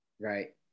Right